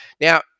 Now